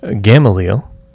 Gamaliel